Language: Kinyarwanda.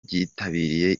byitabiriye